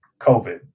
COVID